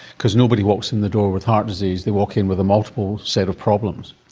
because nobody walks in the door with heart disease, they walk in with a multiple set of problems.